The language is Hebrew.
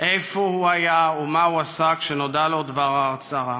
איפה הוא היה ומה הוא עשה כשנודע לו דבר ההצהרה.